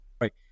Right